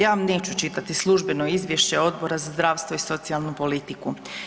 Ja vam neću čitati službeno izvješće Odbora za zdravstvo i socijalnu politiku.